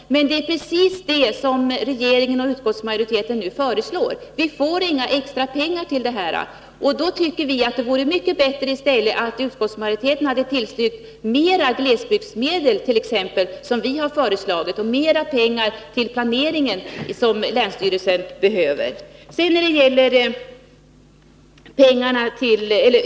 Men det är precis detta som regeringen och utskottsmajoriteten nu föreslår. Vi får inga extra pengar. Vi tycker att det hade varit bättre om utskottsmajoriteten hade tillstyrkt vårt förslag om t.ex. mer glesbygdsmedel och mer pengar till länsstyrelsens planering.